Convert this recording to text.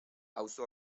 auzo